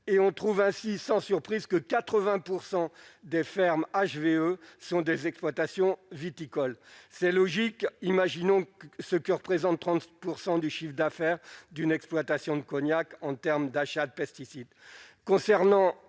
et on trouve ainsi, sans surprise, que 80 % des fermes HVE sont des exploitations viticoles, c'est logique, imaginons ce que représente 30 % du chiffre d'affaires d'une exploitation de Cognac en termes d'achats de pesticides